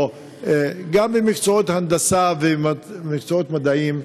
גם במקצועות ההנדסה ובמקצועות מדעיים,